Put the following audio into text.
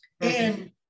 and-